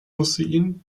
hussein